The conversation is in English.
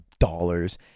dollars